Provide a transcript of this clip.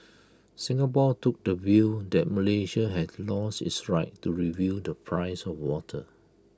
Singapore took the view that Malaysia had lost its right to review the price of water